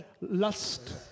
lust